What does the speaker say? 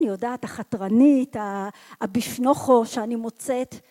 אני יודעת, החתרנית, הבפנוכו שאני מוצאת.